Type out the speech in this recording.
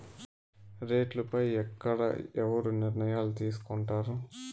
రేట్లు పై ఎక్కడ ఎవరు నిర్ణయాలు తీసుకొంటారు?